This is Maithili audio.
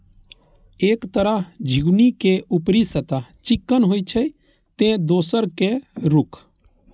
एक तरह झिंगुनी के ऊपरी सतह चिक्कन होइ छै, ते दोसर के रूख